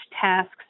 tasks